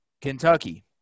Kentucky